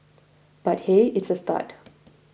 but hey it's a start